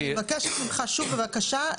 אני מבקשת ממך שוב בבקשה,